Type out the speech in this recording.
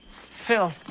Phil